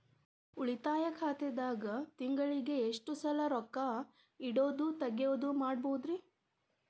ಉಳಿತಾಯ ಖಾತೆದಾಗ ತಿಂಗಳಿಗೆ ಎಷ್ಟ ಸಲ ರೊಕ್ಕ ಇಡೋದು, ತಗ್ಯೊದು ಮಾಡಬಹುದ್ರಿ?